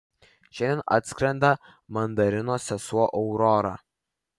šiandien atskrenda mandarino sesuo aurora